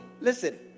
Listen